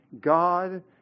God